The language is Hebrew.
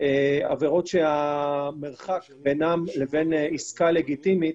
עבירות שהמרחק בינן לבין עסקה לגיטימית